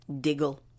Diggle